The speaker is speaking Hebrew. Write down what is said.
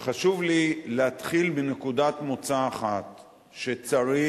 חשוב לי להתחיל מנקודת מוצא שצריך